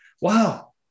wow